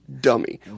dummy